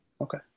Okay